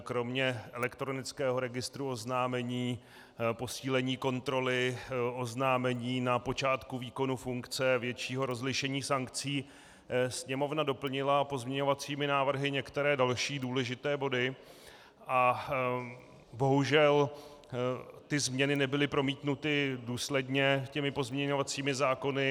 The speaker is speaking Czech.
Kromě elektronického registru oznámení posílení kontroly, oznámení na počátku výkonu funkce, většího rozlišení sankcí Sněmovna doplnila pozměňovacími návrhy některé další důležité body a bohužel ty změny nebyly promítnuty důsledně těmi pozměňovacími zákony.